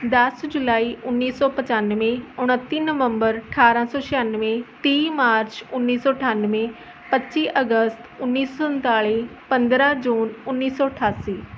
ਦਸ ਜੁਲਾਈ ਉੱਨੀ ਸੌ ਪਚਾਨਵੇਂ ਉਣੱਤੀ ਨਵੰਬਰ ਅਠਾਰਾਂ ਸੌ ਛਿਆਨਵੇਂ ਤੀਹ ਮਾਰਚ ਉੱਨੀ ਸੌ ਅਠਾਨਵੇਂ ਪੱਚੀ ਅਗਸਤ ਉੱਨੀ ਸੌ ਸੰਤਾਲ਼ੀ ਪੰਦਰਾਂ ਜੂਨ ਉੱਨੀ ਸੌ ਅਠਾਸੀ